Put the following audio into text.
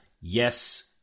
yes